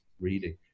reading